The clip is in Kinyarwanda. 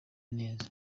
neza